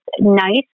nice